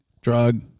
drug